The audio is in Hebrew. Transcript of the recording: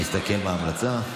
אני אסתכל מה ההמלצה.